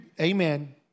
Amen